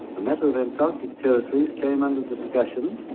the matter of antarctic territory came under discussion